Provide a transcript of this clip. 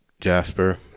Jasper